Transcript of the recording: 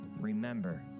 Remember